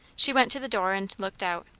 she went to the door and looked out.